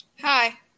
hi